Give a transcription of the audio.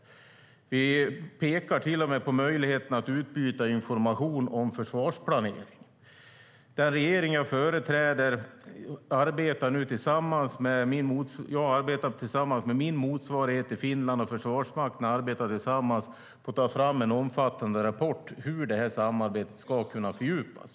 Vi pekade till och med på möjligheten att utbyta information om försvarsplanering. Jag och min motsvarighet i Finland och försvarsmakterna arbetar nu tillsammans med att ta fram en omfattande rapport om hur detta samarbete ska kunna fördjupas.